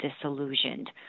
disillusioned